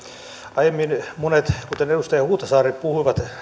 aiemmin monet kuten edustaja huhtasaari puhuivat